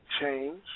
change